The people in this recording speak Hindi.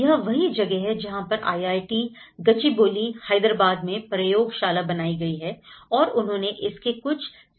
यह वही जगह है जहां पर आईआईटी गचीबोली हैदराबाद मैं प्रयोगशाला बनाई गई है और उन्होंने इसके कुछ सिमुलेशन भाग पर काम भी किया है